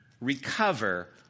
recover